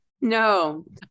No